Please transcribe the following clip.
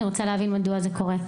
אני רוצה להבין, מדוע זה קורה?